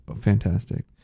fantastic